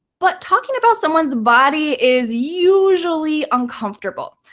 but talking about someone's body is usually uncomfortable.